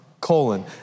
colon